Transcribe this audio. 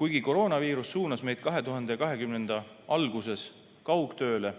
Kuigi koroonaviirus suunas meid 2020. aasta alguses kaugtööle,